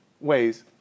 ways